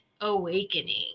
awakening